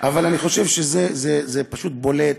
אבל אני חושב שזה פשוט בולט